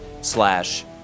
slash